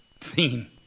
theme